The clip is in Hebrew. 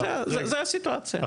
זה הסיטואציה,